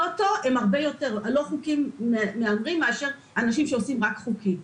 טוטו הם הרבה יותר הלא חוקיים מהמרים מאשר אנשים שעושים רק חוקי.